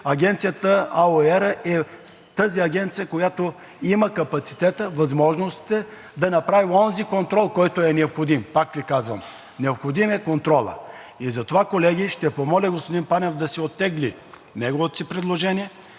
развитие е тази агенция, която има капацитета, възможностите да направи онзи контрол, който е необходим. Пак Ви казвам, необходим е контролът. Затова, колеги, ще помоля господин Панев да си оттегли неговото предложение,